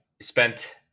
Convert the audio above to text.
Spent